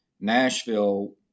Nashville